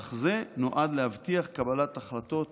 מסך זה נודע להבטיח קבלת החלטות